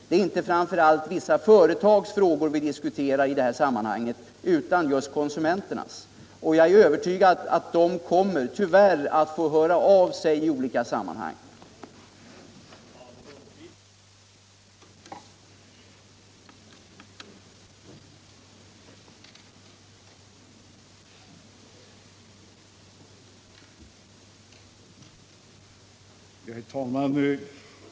Det är inte framför allt vissa företags frågor vi nu diskuterar utan just konsumenternas. Jag är övertygad om att de tyvärr kommer att få höra av sig i olika sammanhang för att få sina intressen och behov beaktade.